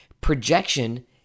projection